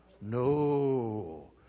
No